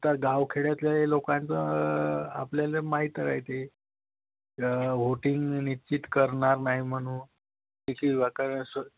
आता गावखेड्यातले लोकांचं आपल्याला माहीत राहते व्होटिंग निश्चित करणार नाही म्हणू